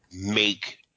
make